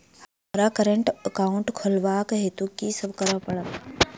हमरा current account खोलेवाक हेतु की सब करऽ पड़त?